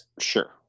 Sure